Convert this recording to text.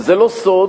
וזה לא סוד